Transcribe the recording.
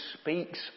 speaks